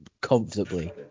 comfortably